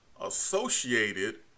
associated